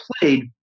played